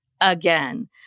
again